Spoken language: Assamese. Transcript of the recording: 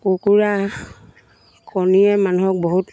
কুকুৰা কণীয়ে মানুহক বহুত